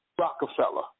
Rockefeller